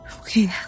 Okay